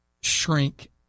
shrink